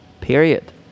period